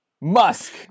Musk